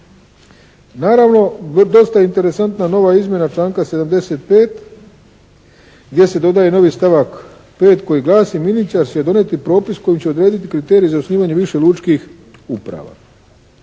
Naravno, dosta je interesantna nova izmjena članka 75. gdje se dodaje novi stavak 5. koji glasi: “Ministar će donijeti propis koji će odrediti kriterij za osnivanje više lučkih uprava“.